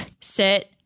sit